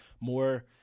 more –